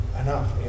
enough